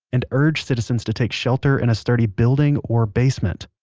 and urged citizens to take shelter in a sturdy building or basement